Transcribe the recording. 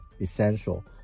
essential